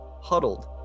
huddled